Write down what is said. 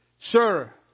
Sir